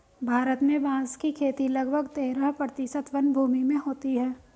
भारत में बाँस की खेती लगभग तेरह प्रतिशत वनभूमि में होती है